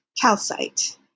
calcite